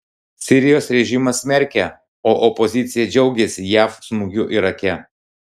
sirijos režimas smerkia o opozicija džiaugiasi jav smūgiu irake